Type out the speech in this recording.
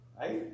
Right